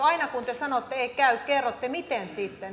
aina kun te sanotte ei käy kerrotte miten sitten